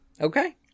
Okay